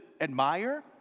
admire